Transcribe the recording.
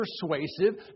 persuasive